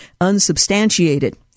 unsubstantiated